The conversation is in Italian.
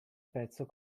pezzo